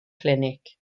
clinic